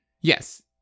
Yes